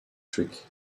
trick